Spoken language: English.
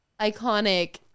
iconic